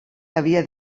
havia